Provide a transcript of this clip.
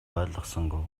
ойлгосонгүй